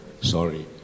sorry